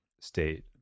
state